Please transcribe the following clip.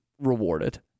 rewarded